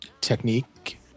technique